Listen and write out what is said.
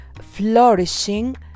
flourishing